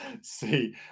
See